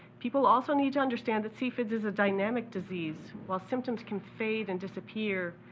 people also need to understand that cfids is a dynamic disease. while symptoms can fade and disappear,